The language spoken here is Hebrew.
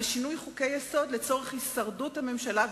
בשינוי חוקי-יסוד לצורך הישרדות הממשלה,